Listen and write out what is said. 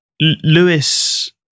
Lewis